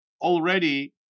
already